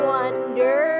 wonder